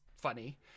funny